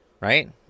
right